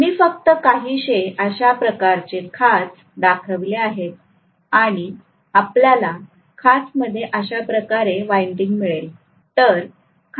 मी फक्त काहीसे अशाप्रकारे खाच दाखविले आहेत आणि आपल्याला खाच मध्ये अशाप्रकारे वाइंडिंग मिळेल